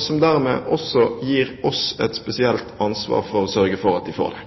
som dermed også gir oss et spesielt ansvar for å sørge for at de får det.